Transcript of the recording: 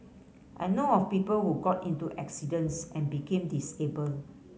I know of people who got into accidents and became disabled